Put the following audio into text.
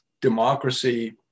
democracy